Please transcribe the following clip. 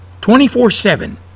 24-7